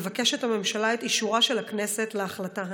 מבקשת הממשלה את אישורה של הכנסת להחלטה הנ"ל.